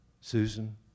Susan